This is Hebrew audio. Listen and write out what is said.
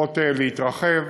הולכות להתרחב.